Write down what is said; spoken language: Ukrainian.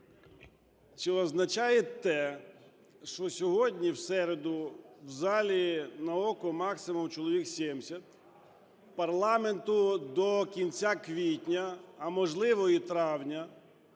Чи означає те, що сьогодні, в середу, в залі на око максимум чоловік 70, парламенту до кінця квітня, а можливо і травня,